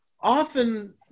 often